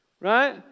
right